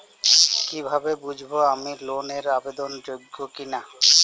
কীভাবে বুঝব আমি লোন এর আবেদন যোগ্য কিনা?